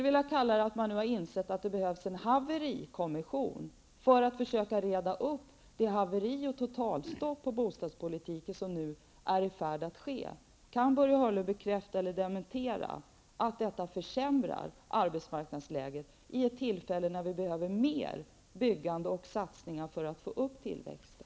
Man har nu insett att det behövs en ''haverikommission'' för att försöka reda upp det haveri och det totalstopp i bostadspolitiken som nu håller på att ske. Kan Börje Hörnlund bekräfta eller dementera att detta försämrar arbetsmarknadsläget vid ett tillfälle då vi behöver mer byggande och satsningar för att öka tillväxten?